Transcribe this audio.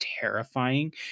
terrifying